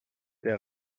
der